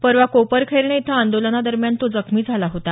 परवा कोपर खैरणे इथं आंदोलनादरम्यान तो जखमी झाला होता